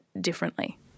differently